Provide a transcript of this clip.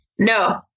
No